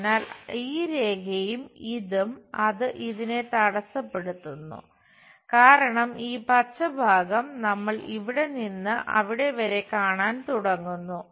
അതിനാൽ ഈ രേഖയും ഇതും അത് ഇതിനെ തടസ്സപ്പെടുത്തുന്നു കാരണം ഈ പച്ച ഭാഗം നമ്മൾ ഇവിടെ നിന്ന് അവിടെ വരെ കാണാൻ തുടങ്ങുന്നു